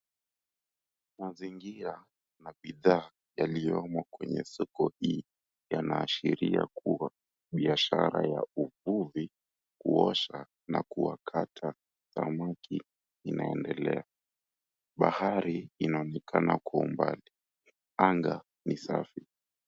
Mazingira na bidhaa yaliyomo kwenye soko hii yanaashiria kuwa biashara ya uvuvi, kuosha na kuwakata samaki inaendelea. Bahari inaonekana kwa umbali. Anga ni safi.